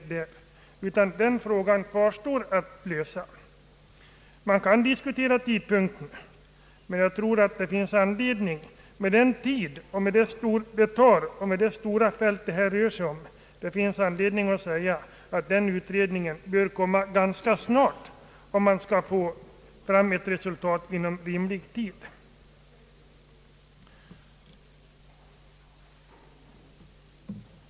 Den frågan kvarstår att lösa. Man kan diskutera tidpunkten för en fortsatt utredning. Med den tid det tar och med det stora fält det rör sig om finns det anledning säga, att den utredningen bör komma ganska snart om man inom rimlig tid skall få fram ett resultat.